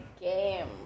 game